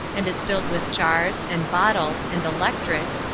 and is filled with jars, and bottles, and electrics,